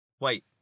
Wait